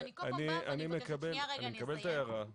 ואני כל פעם באה ואומרת -- אני מקבל את ההערה.